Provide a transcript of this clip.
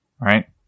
Right